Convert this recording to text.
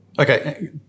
Okay